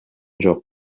жок